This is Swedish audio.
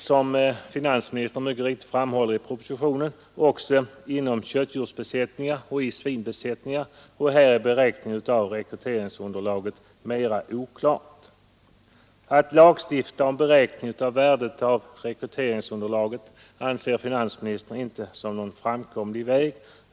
Som finansministern mycket riktigt framhåller i propositionen finns stamdjur också inom köttdjursbesättningar och i svinbesättningar, och här är beräkningen av rekryteringsunderlaget mera oklart. Att lagstifta om beräkning av värdet av rekryteringsunderlaget anser finansministern inte som någon framkomlig väg.